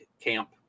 camp